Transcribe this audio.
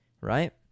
right